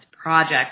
project